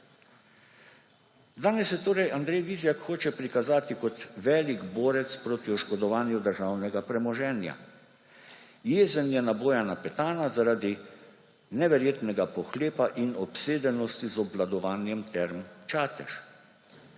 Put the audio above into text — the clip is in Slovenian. Danes se torej Andrej Vizjak hoče prikazati kot veliki borec proti oškodovanju državnega premoženja. Jezen je na Bojana Petana zaradi neverjetnega pohlepa in obsedenosti z obvladovanjem Term Čatež,